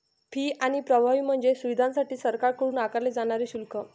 fee आणि प्रभावी म्हणजे सुविधांसाठी सरकारकडून आकारले जाणारे शुल्क